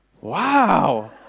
wow